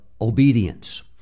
obedience